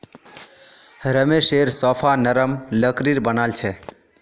रमेशेर सोफा नरम लकड़ीर बनाल छ